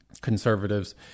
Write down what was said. conservatives